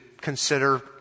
consider